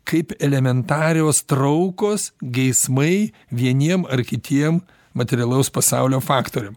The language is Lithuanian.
kaip elementarios traukos geismai vieniem ar kitiem materialaus pasaulio faktoriam